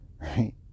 right